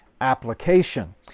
application